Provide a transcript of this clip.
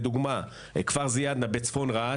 לדוגמא: בכפר א-זיאדנה בצפון רהט,